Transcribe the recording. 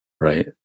right